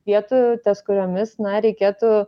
vietų ties kuriomis na reikėtų